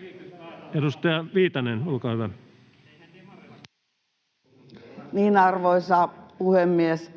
liik) Time: 16:23 Content: Arvoisa puhemies!